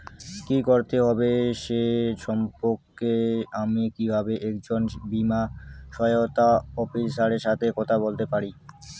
কী করতে হবে সে সম্পর্কে আমি কীভাবে একজন বীমা সহায়তা অফিসারের সাথে কথা বলতে পারি?